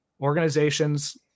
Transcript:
organizations